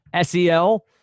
SEL